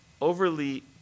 overly